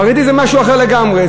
חרדי זה משהו אחר לגמרי,